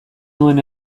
nuen